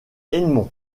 edmond